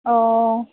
অঁ